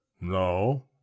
No